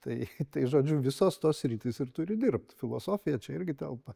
tai tai žodžiu visos tos sritys ir turi dirbt filosofija čia irgi telpa